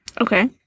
Okay